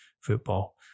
football